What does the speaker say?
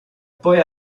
poi